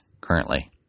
currently